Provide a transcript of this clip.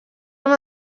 amb